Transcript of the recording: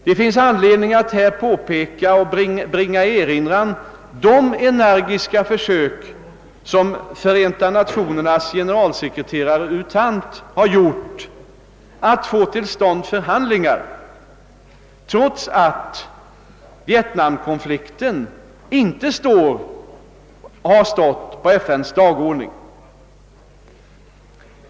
Det finns anledning att här påpeka och bringa i erinran de energiska försök som Förenta Nationernas generalsekreterare U Thant har gjort för att få till stånd förhandlingar, trots att vietnamkonflikten inte står eller har stått på FN:s dagordning.